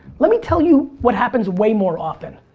let me tell you what happens way more often.